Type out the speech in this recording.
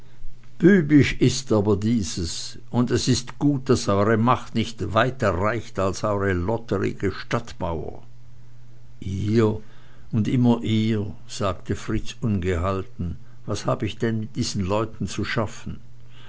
bübisch ist aber dieses und es ist gut daß eure macht nicht weiter reicht als eure lotterige stadtmauer ihr und immer ihr sagte fritz ungehalten was hab ich denn mit diesen leuten zu schaffen